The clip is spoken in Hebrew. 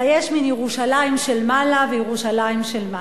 אלא יש מין ירושלים של מעלה וירושלים של מטה.